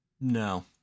No